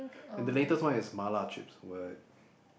and the latest one is mala chips what